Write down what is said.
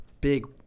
big